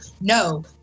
no